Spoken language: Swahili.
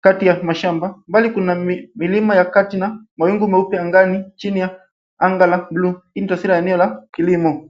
kati ya mashamba, bali kuna milima ya kati na mawingu meupe angani, chini ya anga la blue . Hii ni taswira ya eneo la kilimo.